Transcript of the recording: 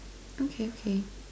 okay okay